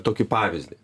tokį pavyzdį